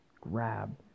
grab